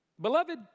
Beloved